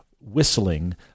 whistling